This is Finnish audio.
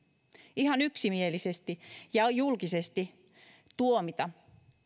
ihan yksimielisesti ja julkisesti tuomita